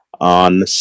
on